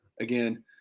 again